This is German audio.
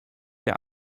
der